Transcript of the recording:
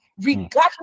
regardless